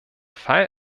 fall